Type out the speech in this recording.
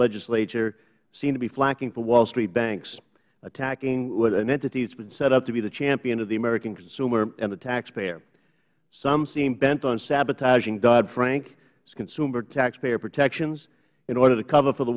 legislature seem to be flacking for wall street banks attacking an entity that has been set up to be the champion of the american consumer and the taxpayer some seem bent on sabotaging doddfrank's consumer taxpayer protections in order to cover for the